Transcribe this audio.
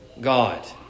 God